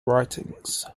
writings